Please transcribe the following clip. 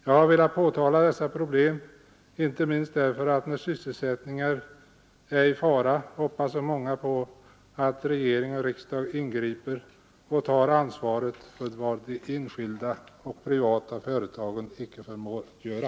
Jag har velat påtala dessa problem icke minst därför att när sysselsättningar är i fara hoppas så många på att regering och riksdag ingriper och tar ansvaret för insatser som de enskilda och de privata företagen icke förmår att göra.